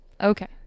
Okay